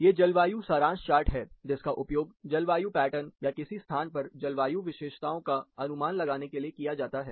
ये जलवायु सारांश चार्ट हैं जिसका उपयोग जलवायु पैटर्न या किसी स्थान पर जलवायु विशेषताओं का अनुमान लगाने के लिए किया जाता है